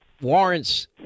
warrants